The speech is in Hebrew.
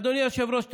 אדוני היושב-ראש,